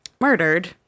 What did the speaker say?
murdered